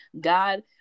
God